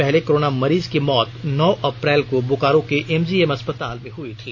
पहले कोरोना मरीज की मौत नौ अप्रैल को बोकारो के एमजीएम अस्पताल में हुई थी